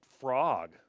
frog